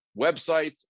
websites